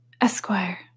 Esquire